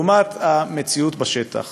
למציאות בשטח.